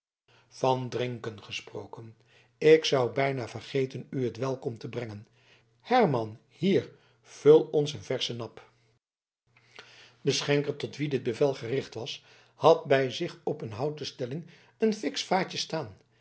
van drinken gesproken ik zou bijna vergeten u het welkom te brengen herman hier vul ons een verschen nap de schenker tot wien dit bevel gericht was had bij zich op een houten stelling een fiksch vaatje staan